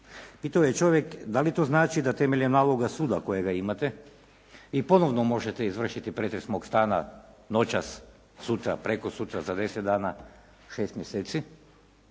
Pitao je čovjek da li to znači da temeljem ovoga suda kojega imate i ponovno možete izvršiti pretres mog stana noćas, sutra, prekosutra, za deset dana, šest mjeseci